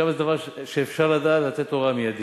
שם יש דבר שאפשר לדעת ולתת הוראה מיידית.